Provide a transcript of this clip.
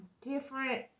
different